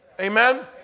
Amen